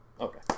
Okay